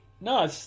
No